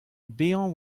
bezañ